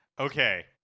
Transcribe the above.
Okay